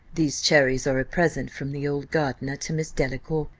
these cherries are a present from the old gardener to miss delacour.